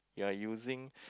you are using